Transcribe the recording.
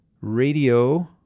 Radio